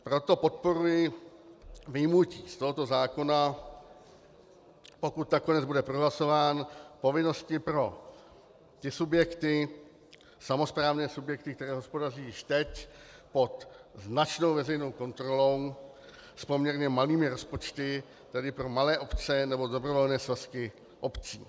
Proto podporuji vyjmutí z tohoto zákona, pokud nakonec bude prohlasován, povinnosti pro ty subjekty, samosprávné subjekty, které hospodaří již teď pod značnou veřejnou kontrolou s poměrně malými rozpočty, tedy pro malé obce nebo dobrovolné svazky obcí.